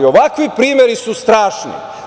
Ovakvi primeri su strašni.